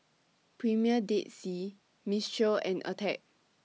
Premier Dead Sea Mistral and Attack